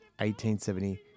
1870